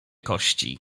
kości